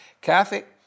Catholic